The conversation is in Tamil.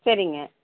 சரிங்க